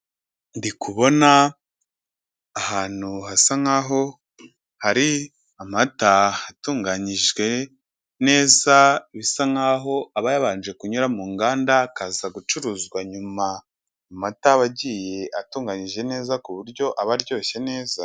Ndi kubona ahantu hasa nkaho hari amata atunganyijwe neza, bisa n'aho aba yabanje kunyura mu nganda akaza gucuruzwa nyuma, amata agiye atunganyijwe neza ku buryo aba aryoshye neza.